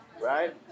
right